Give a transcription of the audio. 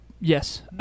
Yes